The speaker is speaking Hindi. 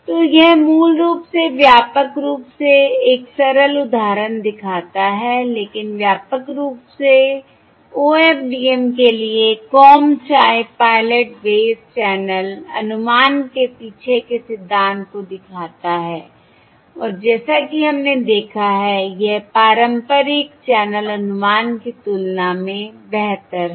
तो यह मूल रूप से व्यापक रूप से एक सरल उदाहरण दिखाता है लेकिन व्यापक रूप से OFDM के लिए comb type pilot based channel अनुमान के पीछे के सिद्धांत को दिखाता है और जैसा कि हमने देखा है यह पारंपरिक चैनल अनुमान की तुलना में बेहतर है